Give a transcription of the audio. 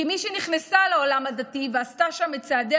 כמי שנכנסה לעולם הדתי ועשתה שם את צעדיה